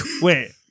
Wait